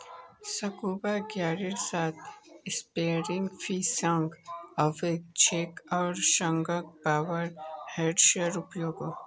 scuba गियरेर साथ spearfishing अवैध छेक आर संगह पावर हेड्सेर उपयोगो